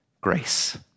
grace